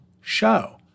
show